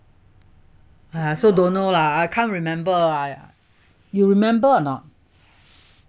I also don't know lah I can't remember ah you remember or not